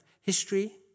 History